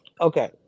okay